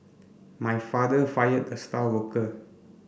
my father fired the star worker